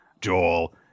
Joel